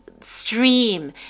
stream